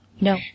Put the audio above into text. No